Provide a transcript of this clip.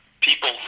People